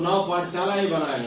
चुनाव पाठशाला भी बनाये हैं